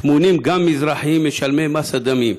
טמונים גם מזרחים משלמי מס הדמים.